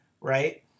right